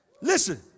Listen